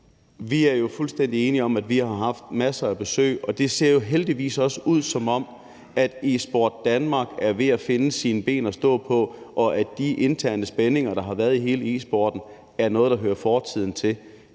Vi er jo fuldstændig enige om, at vi har haft masser af besøg, og det ser heldigvis også ud, som om Esport Danmark er ved at finde sine ben at stå på, og at de interne spændinger, der har været i e-sporten, er noget, der hører fortiden til.